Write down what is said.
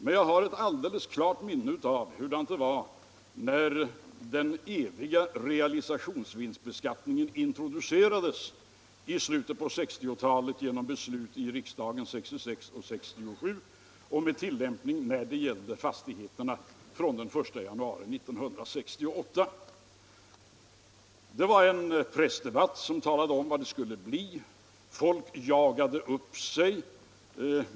Men jag har ett klart minne av hur det var då den eviga realisationsvinstbeskattningen introducerades i slutet på 1960-talet genom beslut i riksdagen 1966 och 1967 och, när det gällde fastigheterna, med tillämpning från den 1 januari 1968. Det fördes den gången en pressdebatt, som talade om vad som skulle hända, och läsarna jagade upp sig.